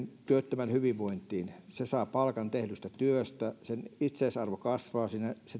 työttömän hyvinvointiin hän saa palkan tehdystä työstä hänen itseisarvonsa kasvaa